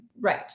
Right